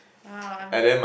!wow! I'm